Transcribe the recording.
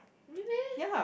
really meh